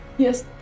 Yes